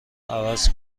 عوض